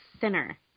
thinner